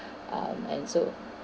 um and so